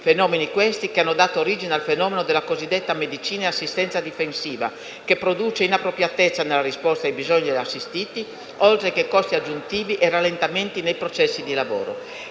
Elementi, questi, che hanno dato origine al fenomeno della cosiddetta medicina e assistenza difensiva che produce inappropriatezza nella risposta ai bisogni degli assistiti, oltre che costi aggiuntivi e rallentamenti nei processi di lavoro.